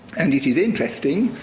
and it is interesting,